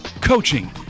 coaching